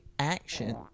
Action